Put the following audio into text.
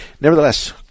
Nevertheless